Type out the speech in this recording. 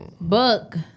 book